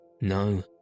No